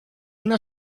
una